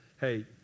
hey